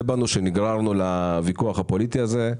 בנו על שנגררנו לוויכוח הפוליטי הזה.